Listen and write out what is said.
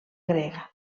grega